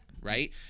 Right